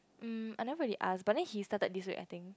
mm I never really ask but then he started this way I think